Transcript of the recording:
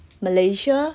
malaysia